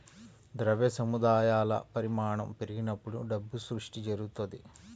ద్రవ్య సముదాయాల పరిమాణం పెరిగినప్పుడు డబ్బు సృష్టి జరుగుతది